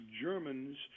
Germans